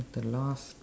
the last